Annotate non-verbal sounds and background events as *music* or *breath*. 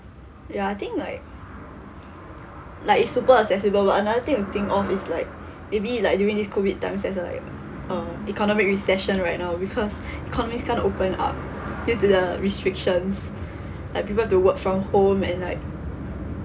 ya I think like like super accessible but another thing to think of is like maybe like during this COVID times there's like uh economic recession right now because *breath* economies can't open up due to the restrictions *breath* like people have to work from home and like